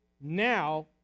Now